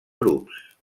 grups